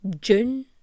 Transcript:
June